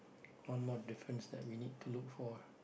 one more difference that we need to look for